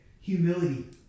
humility